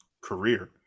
career